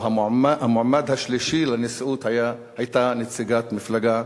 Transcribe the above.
או המועמד השלישי לנשיאות היה נציגת מפלגה